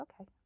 okay